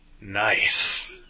nice